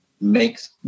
makes